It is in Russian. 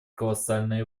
колоссальные